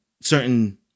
certain